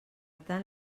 tant